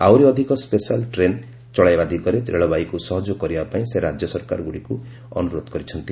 ଆହୁରି ଅଧିକ ଶ୍ରମିକ ସେଶାଲ୍ ଟ୍ରେନ୍ ଚଳାଇବା ଦିଗରେ ରେଳବାଇକୁ ସହଯୋଗ କରିବା ପାଇଁ ସେ ରାଜ୍ୟ ସରକାରଗୁଡ଼ିକୁ ଅନୁରୋଧ କରିଛନ୍ତି